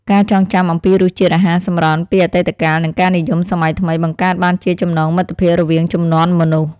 ការចងចាំអំពីរសជាតិអាហារសម្រន់ពីអតីតកាលនិងការនិយមសម័យថ្មីបង្កើតបានជាចំណងមិត្តភាពរវាងជំនាន់មនុស្ស។